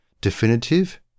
definitive